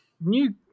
New